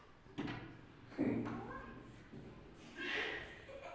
धारकों को कर लाभ अक्सर कई गुणकों द्वारा उधार लेने की लागत से अधिक होगा